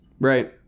Right